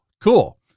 Cool